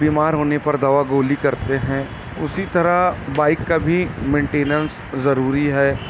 بیمار ہونے پر دوا گولی کرتے ہیں اسی طرح بائک کا بھی مینٹننس ضروری ہے